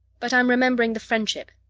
but i'm remembering the friendship.